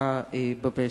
הצמיחה במשק.